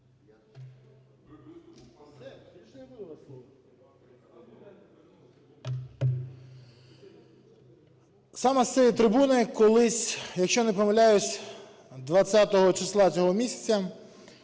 Саме з цієї трибуни колись, якщо не помиляюсь, 20 числа цього місяця